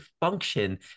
function